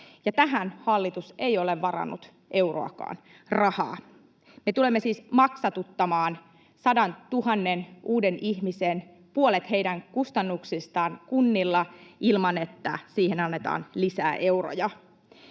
tähän hallitus ei ole varannut euroakaan rahaa. Me tulemme siis maksatuttamaan puolet 100 000 uuden ihmisen kustannuksista kunnilla ilman, että siihen annetaan lisää euroja.